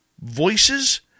voices